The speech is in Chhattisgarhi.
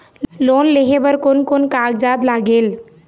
लोन लेहे बर कोन कोन कागजात लागेल?